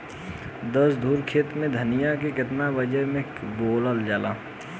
दस धुर खेत में धनिया के केतना वजन मे बोवल जाला?